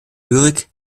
lyrik